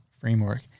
framework